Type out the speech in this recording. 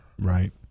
Right